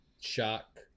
shock